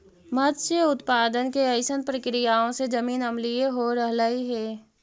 मत्स्य उत्पादन के अइसन प्रक्रियाओं से जमीन अम्लीय हो रहलई हे